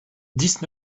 dix